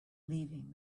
leaving